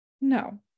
no